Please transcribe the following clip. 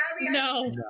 no